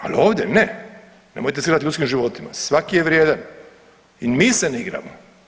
Ali ovdje ne, nemojte se igrati ljudskim životima, svaki je vrijedan i mi se ne igramo.